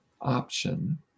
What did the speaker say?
option